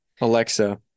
alexa